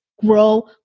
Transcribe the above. grow